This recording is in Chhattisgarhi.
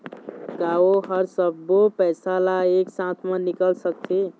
का ओ हर सब्बो पैसा ला एक साथ म निकल सकथे?